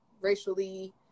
racially